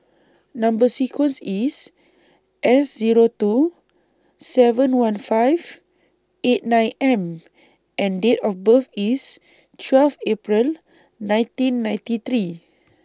Number sequence IS S Zero two seven one five eight nine M and Date of birth IS twelve April nineteen ninety three